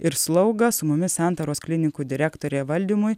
ir slaugą su mumis santaros klinikų direktorė valdymui